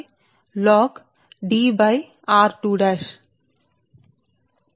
4605 log D r1' plus 0